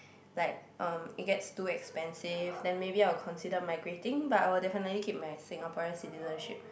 like um it gets too expensive then maybe I'll consider migrating but I'll definitely keep my Singaporean citizenship